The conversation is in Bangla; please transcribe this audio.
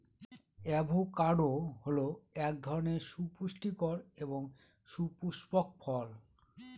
অ্যাভোকাডো হল এক ধরনের সুপুষ্টিকর এবং সপুস্পক ফল